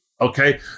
okay